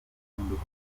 ruzinduko